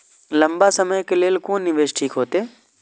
लंबा समय के लेल कोन निवेश ठीक होते?